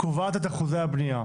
קובעת את אחוזי הבנייה.